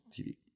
TV